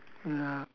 ya